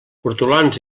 hortolans